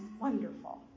wonderful